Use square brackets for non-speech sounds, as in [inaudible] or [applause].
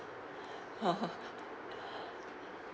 [laughs]